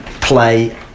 play